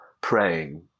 praying